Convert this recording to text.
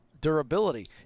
durability